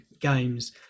games